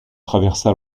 traversa